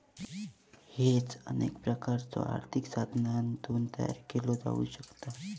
hedge अनेक प्रकारच्यो आर्थिक साधनांतून तयार केला जाऊ शकता